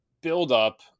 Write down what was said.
buildup